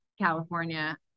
California